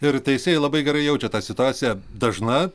ir teisėjai labai gerai jaučia tą situaciją dažna